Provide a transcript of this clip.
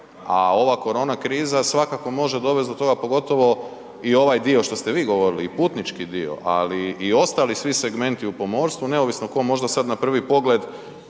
a ova korona kriza svakako može dovesti do toga, pogotovo i ovaj dio što ste vi govorili i putnički dio, ali i ostali svi segmenti u pomorstvu, neovisno tko možda sad na prvi pogled